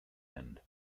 end